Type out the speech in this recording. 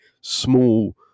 small